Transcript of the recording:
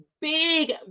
Big